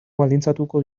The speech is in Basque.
baldintzatuko